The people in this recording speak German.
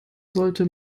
sollte